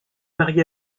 marié